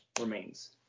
remains